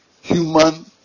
human